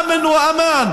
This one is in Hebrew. (אומר בערבית: ביטחון והגנה.